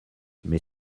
mais